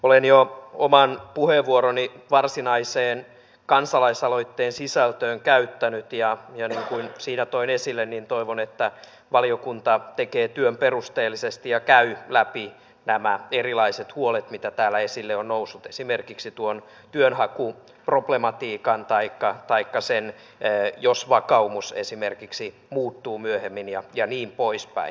olen jo oman puheenvuoroni varsinaiseen kansalaisaloitteen sisältöön liittyen käyttänyt ja niin kuin siinä toin esille toivon että valiokunta tekee työn perusteellisesti ja käy läpi nämä erilaiset huolet mitä täällä esille on noussut esimerkiksi tuon työnhakuproblematiikan taikka sen jos vakaumus esimerkiksi muuttuu myöhemmin ja niin poispäin